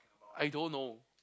I don't know